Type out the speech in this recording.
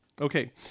Okay